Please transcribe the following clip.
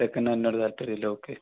സെക്കൻ്റ്ഹാൻ്റിനോട് താൽപ്പര്യമില്ല ഓക്കെ